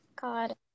God